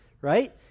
right